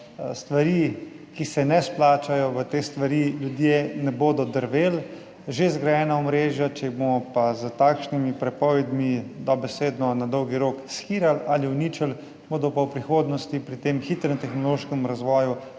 stvari, ki se ne izplačajo, ljudje ne bodo drveli. Že zgrajena omrežja – če jih bomo s takšnimi prepovedmi dobesedno na dolgi rok shirali ali uničili, bodo pa v prihodnosti pri tem hitrem tehnološkem razvoju